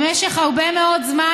במשך הרבה מאוד זמן,